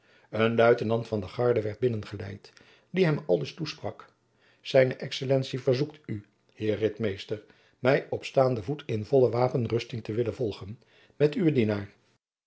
een luitenant van de guarde werd binnengeleid die hem aldus toesprak zijne excellentie verzoekt u heer ritmeester mij op staande voet in volle wapenrusting te willen volgen met uwen